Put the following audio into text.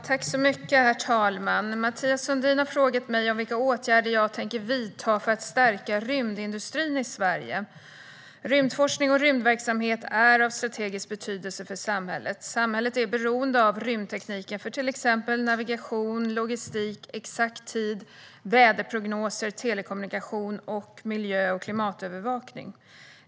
Herr talman! Mathias Sundin har frågat mig om vilka åtgärder jag tänker vidta för att stärka rymdindustrin i Sverige. Rymdforskning och rymdverksamhet är av strategisk betydelse för samhället. Samhället är beroende av rymdtekniken för till exempel navigation, logistik, exakt tid, väderprognoser, telekommunikation och miljö och klimatövervakning.